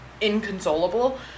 inconsolable